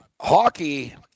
hockey